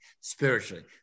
spiritually